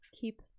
keep